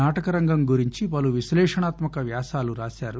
నాటకరంగం గురించి పలు విశ్లేషణాత్మక వ్యాసాలు రాశారు